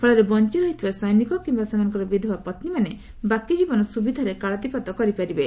ଫଳରେ ବଞ୍ଚି ରହିଥିବା ସୈନିକ କିୟା ସେମାନଙ୍କର ବିଧବା ପନ୍ୀମାନେ ବାକି ଜୀବନ ସୁବିଧାରେ କାଳାତିପାତ କରିପାରିବେ